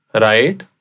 Right